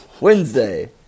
Wednesday